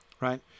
Right